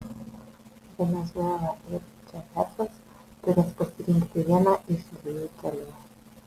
venesuela ir čavesas turės pasirinkti vieną iš dviejų kelių